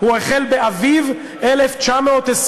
הוא החל באביב 1920,